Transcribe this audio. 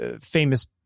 famous